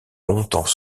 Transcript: longtemps